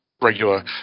regular